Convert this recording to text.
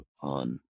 on